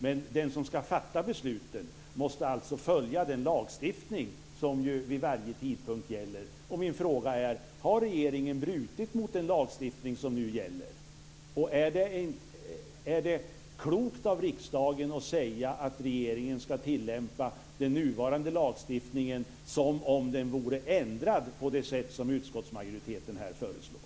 Men den som ska fatta besluten måste alltså följa den lagstiftning som ju vid varje tidpunkt gäller. Och min fråga är: Har regeringen brutit mot den lagstiftning som nu gäller? Är det klokt av riksdagen att säga att regeringen ska tillämpa den nuvarande lagstiftningen som om den vore ändrad på det sätt som utskottsmajoriteten här föreslår?